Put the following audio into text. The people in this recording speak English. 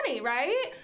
right